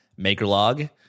MakerLog